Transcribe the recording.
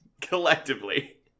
collectively